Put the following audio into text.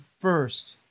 first